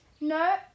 no